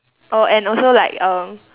oh and also like um